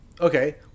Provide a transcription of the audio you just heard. Okay